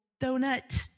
donut